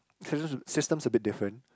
systems a bit different